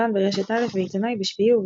שדרן ברשת א' ועיתונאי ב"שביעי" וב"בשבע".